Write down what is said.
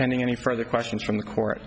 pending any further questions from the court